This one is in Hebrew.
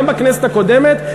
גם בכנסת הקודמת.